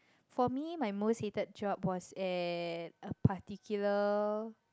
for me my most hated job was at a particular